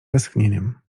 westchnieniem